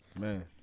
Man